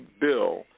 bill